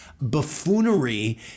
buffoonery